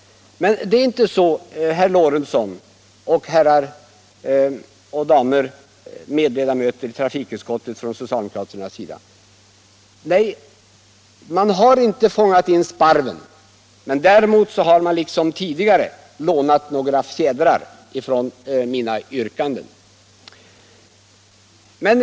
Men det är inte så, herr Lorentzon, och damer och herrar i trafikutskottet, att man har fångat in sparven. Däremot har man liksom tidigare lånat några fjädrar från mina yrkanden.